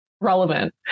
relevant